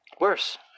Worse